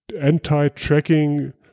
anti-tracking